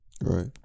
Right